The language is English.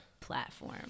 platform